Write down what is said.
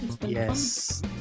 Yes